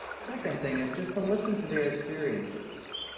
second thing is just to listen to their experiences.